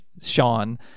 Sean